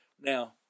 Now